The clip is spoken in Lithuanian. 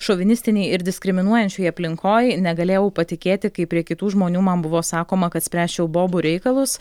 šovinistinėj ir diskriminuojančioj aplinkoj negalėjau patikėti kai prie kitų žmonių man buvo sakoma kad spręsčiau bobų reikalus